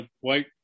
white